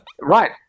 Right